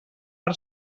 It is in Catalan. per